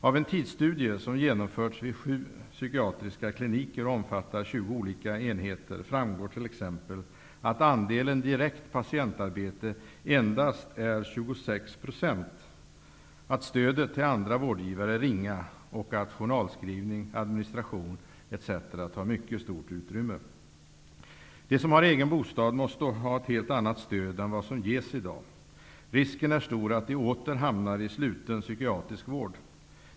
Av en tidsstudie som ge nomförts vid sju psykiatriska kliniker och omfat tar 20 olika enheter framgår t.ex. att andelen di rekt patientarbete endast är 26 %, att stödet till andra vårdgivare är ringa och att journalskrivning och administration etc. tar mycket stort utrymme. De som har egen bostad måste ha ett helt annat stöd än vad som ges i dag. Risken är stor att de åter hamnar i sluten psykiatrisk vård.